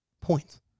Points